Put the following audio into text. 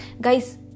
Guys